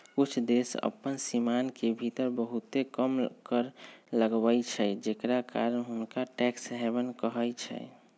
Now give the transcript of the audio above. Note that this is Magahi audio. कुछ देश अप्पन सीमान के भीतर बहुते कम कर लगाबै छइ जेकरा कारण हुंनका टैक्स हैवन कहइ छै